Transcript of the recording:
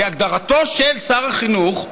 כהגדרתו של שר החינוך,